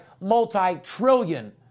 multi-trillion